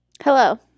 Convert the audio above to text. Hello